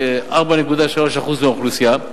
כ-4.3% מהאוכלוסייה,